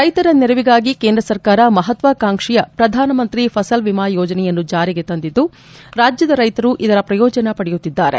ರೈತರ ನೆರವಿಗಾಗಿ ಕೇಂದ್ರ ಸರ್ಕಾರ ಮಹತ್ವಾಕಾಂಕ್ಷೆಯ ಪ್ರಧಾನಮಂತ್ರಿ ಫಸಲು ವಿಮಾ ಯೋಜನೆಯನ್ನು ಜಾರಿಗೆ ತಂದಿದ್ದು ರಾಜ್ಯದ ರೈತರು ಇದರ ಪ್ರಯೋಜನ ಪಡೆಯುತ್ತಿದ್ದಾರೆ